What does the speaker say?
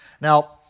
Now